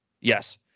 Yes